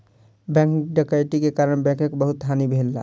bank डकैती के कारण बैंकक बहुत हानि भेल